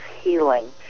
healing